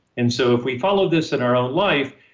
and so, if we followed this in our own life,